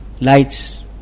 lights